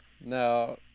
Now